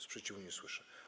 Sprzeciwu nie słyszę.